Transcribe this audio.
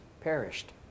perished